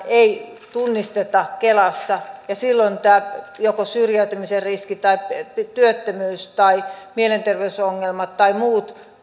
ei tunnisteta kelassa ja silloin joko syrjäytymisen riski tai työttömyys tai mielenterveysongelmat tai muut